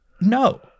No